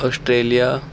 Australia